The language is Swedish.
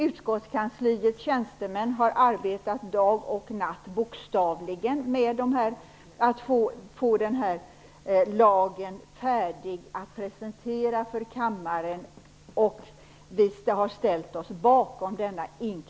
Utskottets tjänstemän har bokstavligen arbetat dag och natt med att få denna lag färdig att presenteras för kammaren. Vi -- inklusive Laila Strid-Jansson -- har ställt oss bakom den.